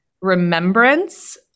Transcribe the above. remembrance